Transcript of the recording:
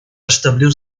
establir